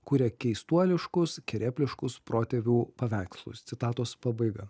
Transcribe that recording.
kuria keistuoliškus kerėpliškus protėvių paveikslus citatos pabaiga